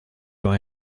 war